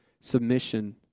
submission